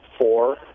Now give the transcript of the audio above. four